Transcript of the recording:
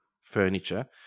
furniture